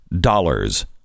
dollars